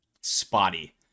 spotty